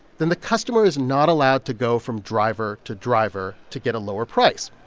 then the customer is not allowed to go from driver to driver to get a lower price.